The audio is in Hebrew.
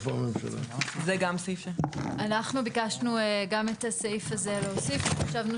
אנחנו ביקשנו גם את הסעיף הזה להוסיף כי חשבנו